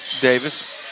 Davis